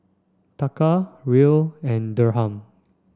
Taka Riel and Dirham